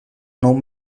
nou